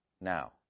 now